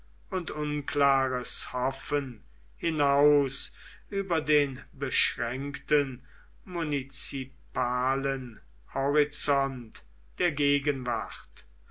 und unklares hoffen hinaus über den beschränkten munizipalen horizont der gegenwart